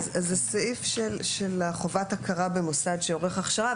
זהו סעיף של חובת ההכרה במוסד שעורך הכשרה.